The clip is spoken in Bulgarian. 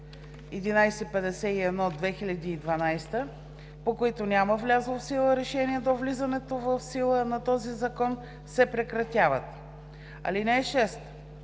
1151/2012, по които няма влязло в сила решение до влизането в сила на този закон, се прекратяват. (6)